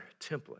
template